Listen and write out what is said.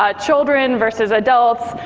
ah children versus adults,